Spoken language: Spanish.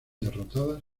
derrotadas